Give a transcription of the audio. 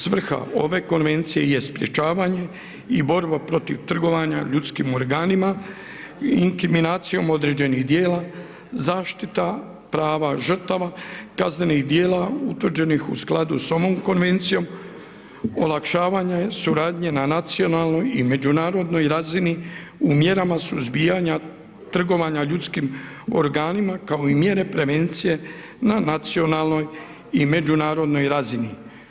Svrha ove Konvencije jest sprečavanje i borba protiv trgovanja ljudskim organima inkriminacijom određenih dijela, zaštita prava žrtava, kaznenih dijela utvrđenih u skladu s ovom Konvencijom, olakšavanja suradnje na nacionalnoj i međunarodnoj razini u mjerama suzbijanja trgovanja ljudskim organima, kao i mjere prevencije na nacionalnoj i međunarodnoj razini.